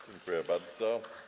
Dziękuję bardzo.